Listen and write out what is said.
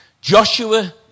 Joshua